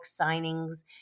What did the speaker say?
signings